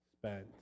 spent